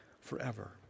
forever